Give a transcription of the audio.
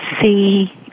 see